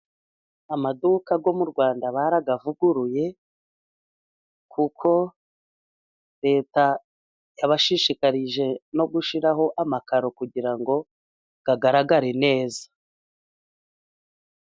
Amaduka yo mu Rwanda barayavuguruye, kuko Leta yabashishikarije no gushyiraho amakaro kugira ngo agaragare neza.